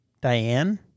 Diane